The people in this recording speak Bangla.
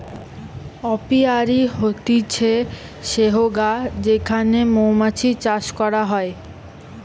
অপিয়ারী হতিছে সেহগা যেখানে মৌমাতছি চাষ করা হয়